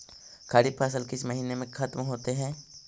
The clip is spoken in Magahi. खरिफ फसल किस महीने में ख़त्म होते हैं?